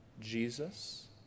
Jesus